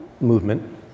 movement